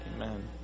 Amen